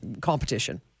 competition